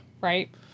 Right